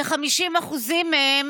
כ-50% מהם